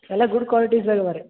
ಎಲ್ಲ ಗುಡ್ ಕ್ವಾಲಿಟೀಸ್ದೆ ಇವೆ ರೀ